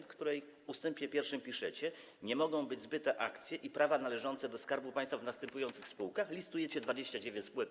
W ust. 1 piszecie: Nie mogą być zbyte akcje i prawa należące do Skarbu Państwa w następujących spółkach... i listujecie 29 spółek.